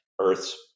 Earth's